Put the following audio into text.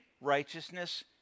righteousness